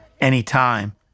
anytime